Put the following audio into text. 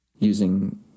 using